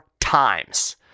times